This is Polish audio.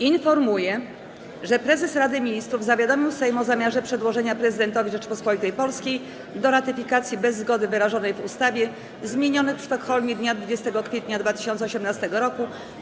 Informuję, że prezes Rady Ministrów zawiadomił Sejm o zamiarze przedłożenia prezydentowi Rzeczypospolitej Polskiej do ratyfikacji bez zgody wyrażonej w ustawie: - zmienionych w Sztokholmie dnia 20 kwietnia 2018 r.